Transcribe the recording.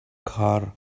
کار